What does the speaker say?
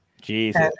Jesus